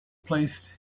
placed